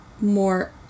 more